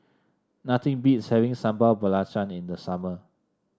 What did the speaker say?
nothing beats having Sambal Belacan in the summer